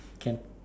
can